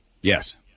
Yes